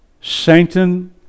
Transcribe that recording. Satan